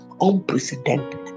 unprecedented